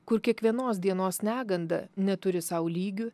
kur kiekvienos dienos neganda neturi sau lygių